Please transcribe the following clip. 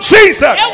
Jesus